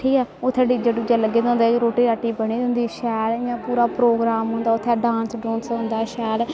ठीक ऐ उत्थै डी जे डू जे लग्गे दे होंदे रुट्टी राट्टी बनी दी होंदी शैल इ'यां पूरा प्रोगराम होंदा उत्थै डांस डूंस होंदा शैल